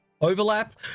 overlap